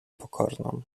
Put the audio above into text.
pokorną